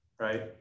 right